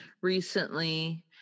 recently